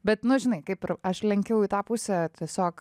bet nu žinai kaip ir aš lenkiau į tą pusę tiesiog